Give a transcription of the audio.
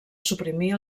suprimir